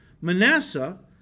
Manasseh